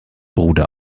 bruder